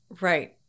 right